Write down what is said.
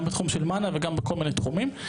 גם בתחום של מנ"ע וגם בכל מיני תחומים.